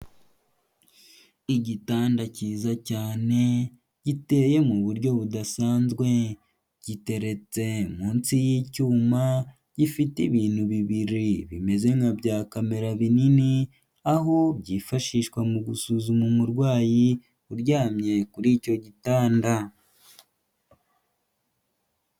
Igitanda cyiza cyane giteye mu buryo budasanzwe, giteretse munsi y'icyuma gifite ibintu bibiri bimeze nka kamera binini, aho byifashishwa mu gusuzuma umurwayi uryamye kuri icyo gitanda.